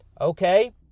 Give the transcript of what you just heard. okay